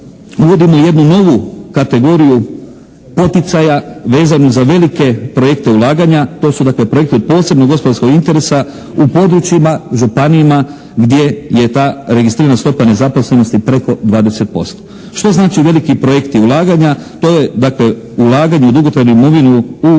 uvodimo jednu novu kategoriju poticaja vezano za velike projekte ulaganja. To su dakle projekti od posebnog gospodarskog interesa u područjima, županijama gdje je ta registrirana stopa nezaposlenosti preko 20%. Što znače veliki projekti ulaganja? To je, dakle, ulaganje u dugotrajnu imovinu u